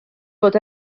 bod